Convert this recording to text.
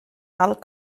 alt